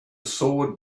sword